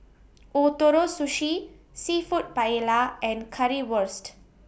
Ootoro Sushi Seafood Paella and Currywurst